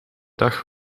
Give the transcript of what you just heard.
dag